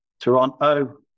Toronto